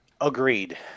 Agreed